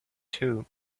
too